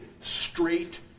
straight